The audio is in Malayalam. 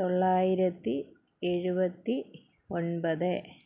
തൊള്ളായിരത്തി ഏഴുപത്തി ഒൻപത്